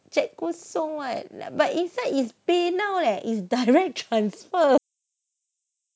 cheque kosong what but inside is PayNow leh is direct transfer